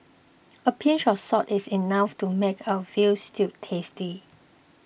a pinch of salt is enough to make a Veal Stew tasty